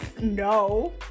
no